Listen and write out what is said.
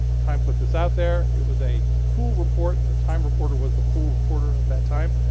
time put this out there. it was a pool report, and the time reporter was the pool reporter of that time.